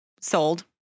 sold